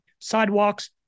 sidewalks